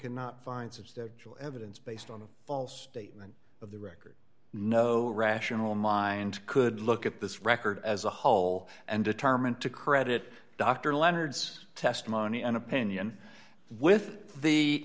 cannot find since the jewel evidence based on a false statement of the record no rational mind could look at this record as a whole and determine to credit dr leonard's testimony and opinion with the